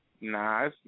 Nah